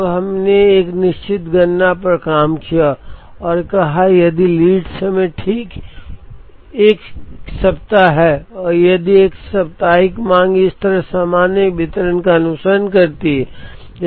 अब हमने एक निश्चित गणना पर काम किया और कहा कि यदि लीड समय ठीक 1week है और यदि साप्ताहिक मांग इस तरह सामान्य वितरण का अनुसरण करती है